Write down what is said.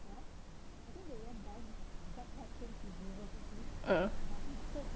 ugh